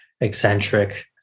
eccentric